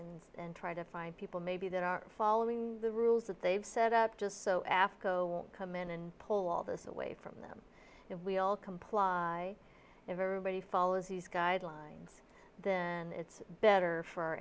and and try to find people maybe that are following the rules that they've set up just so after come in and pull all this away from them and we all comply if everybody follows these guidelines then it's better for